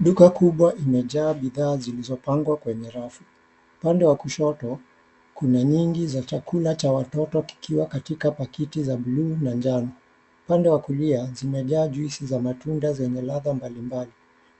Duka kubwa imejaa bidhaa zilizopangwa kwenye rafu. Upande wa kushoto kuna nyingi za chakula za watoto kikiwa katika pakiti za buluu na njano. Upande wa kulia, zimejaa juisi za matunda zenye ladha mbalimbali.